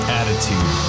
attitude